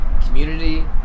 community